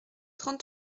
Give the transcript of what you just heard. trente